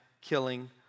killing